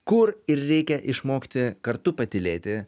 kur ir reikia išmokti kartu patylėti